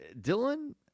Dylan